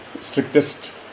strictest